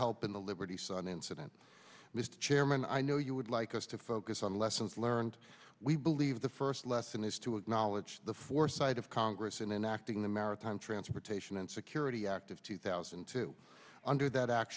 help in the liberty sun incident mr chairman i know you would like us to focus on lessons learned we believe the first lesson is to acknowledge the foresight of congress in enacting the maritime transportation and security act of two thousand and two under that act